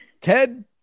Ted